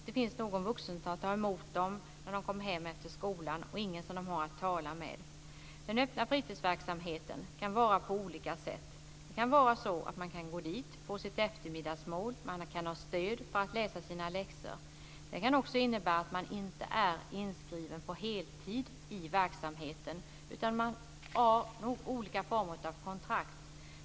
Det finns inte någon vuxen som tar emot dem när de kommer hem efter skolan och de har ingen att tala med. Den öppna fritidsverksamheten kan vara utformad på olika sätt. Man kan gå dit och få sitt eftermiddagsmål, man kan få stöd när man läser sina läxor. Det kan också innebära att man inte är inskriven på heltid i verksamheten, utan att man har olika former av kontrakt.